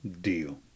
Deal